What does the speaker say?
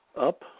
up